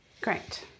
great